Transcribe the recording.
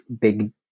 big